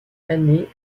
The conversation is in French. année